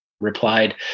replied